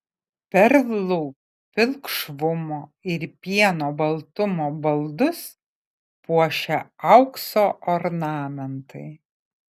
perlų pilkšvumo ir pieno baltumo baldus puošia aukso ornamentai